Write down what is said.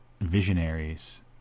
Visionaries